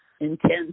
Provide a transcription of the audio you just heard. intense